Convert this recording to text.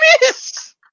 miss